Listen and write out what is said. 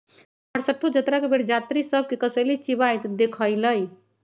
हम हरसठ्ठो जतरा के बेर जात्रि सभ के कसेली चिबाइत देखइलइ